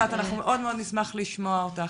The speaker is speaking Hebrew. נשמח מאוד לשמוע אותך.